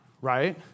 right